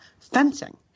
fencing